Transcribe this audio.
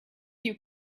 you